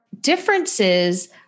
differences